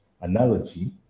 analogy